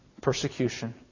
persecution